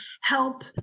help